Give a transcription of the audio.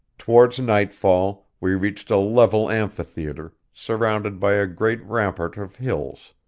towards nightfall we reached a level amphitheatre, surrounded by a great rampart of hills,